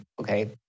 okay